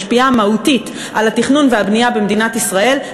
משפיעה מהותית על התכנון והבנייה במדינת ישראל,